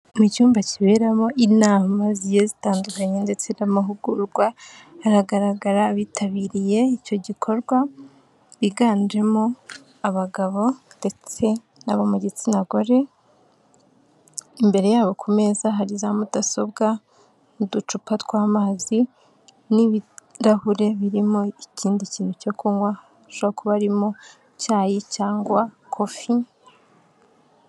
Mu cyumba kiberamo inama zigiye zitandukanye ndetse n'amahugurwa, haragaragara abitabiriye icyo gikorwa biganjemo abagabo ndetse n'abo mu gitsina gore, imbere yabo ku meza hari za mudasobwa n'uducupa tw'amazi n'ibirahure birimo ikindi kintu cyo kunywa hashobora kuba harimo icyayi cyangwa kofi.